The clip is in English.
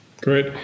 Great